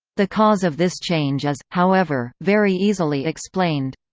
the cause of this change is, however, very easily explained.